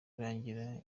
rangira